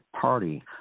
party